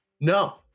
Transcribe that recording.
no